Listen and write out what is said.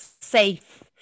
safe